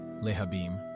Lehabim